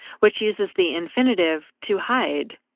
which uses the infinitive to hide.